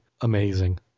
amazing